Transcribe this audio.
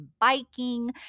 biking